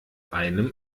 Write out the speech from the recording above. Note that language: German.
einem